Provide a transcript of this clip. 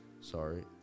Sorry